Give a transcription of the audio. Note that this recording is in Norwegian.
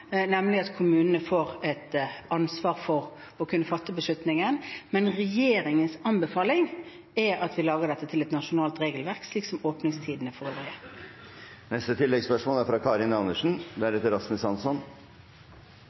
nemlig at kommunene får et ansvar for å kunne fatte beslutningen. Men regjeringens anbefaling er at vi gjør dette til et nasjonalt regelverk, slik som for åpningstidene for øvrig.